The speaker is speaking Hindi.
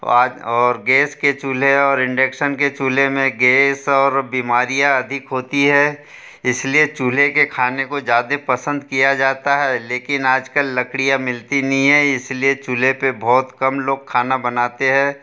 वो आज और गेस के चूल्हे और इंडेकशन के चूल्हे में गेस और बीमारियाँ अधिक होती हैं इसलिए चूल्हे के खाने को ज़्यादा पसंद किया जाता है लेकिन आजकल लकड़ियाँ मिलती नहीं है इसलिए चूल्हे पर बहुत कम लोग खाना बनाते हैं